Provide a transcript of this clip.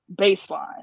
baseline